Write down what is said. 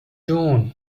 جوون